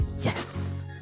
yes